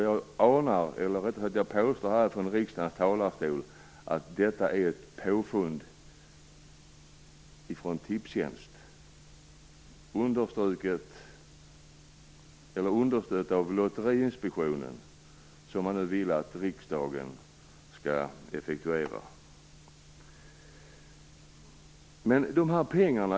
Jag påstår här i riksdagens talarstol att detta är ett påfund av Tipstjänst understött av Lotteriinspektionen, och detta vill man nu att riksdagen skall effektuera.